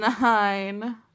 Nine